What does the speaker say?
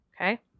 Okay